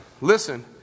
Listen